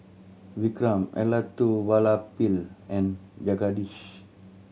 Vikram Elattuvalapil and Jagadish